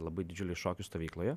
labai didžiulėj šokių stovykloje